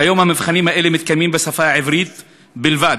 כיום המבחנים האלה מתקיימים בשפה העברית בלבד,